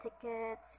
tickets